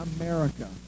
America